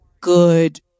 good